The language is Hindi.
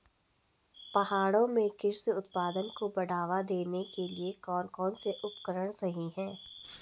पहाड़ों में कृषि उत्पादन को बढ़ावा देने के लिए कौन कौन से उपकरण सही हैं?